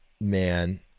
Man